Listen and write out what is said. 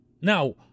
Now